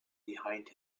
behind